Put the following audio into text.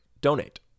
donate